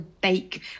bake